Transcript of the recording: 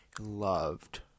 loved